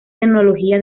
tecnología